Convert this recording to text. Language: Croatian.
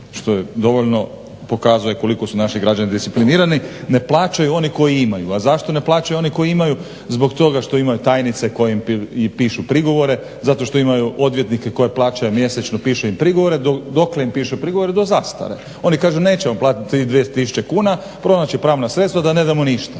što dovoljno pokazuje koliko su naši građani disciplinirani. Ne plaćaju oni koji imaju. A zašto ne plaćaju oni koji imaju? Zbog toga što imaju tajnice koje im pišu prigovore, zato što imaju odvjetnike koje plaćaju mjesečno pišu im prigovore. Dokle im pišu prigovore? Do zastare. Oni kažu nećemo platiti tih 2000 kuna, pronaći će pravna sredstva da ne damo ništa.